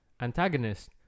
antagonist